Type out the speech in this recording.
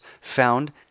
found